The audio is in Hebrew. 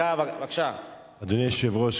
אדוני היושב-ראש,